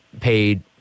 paid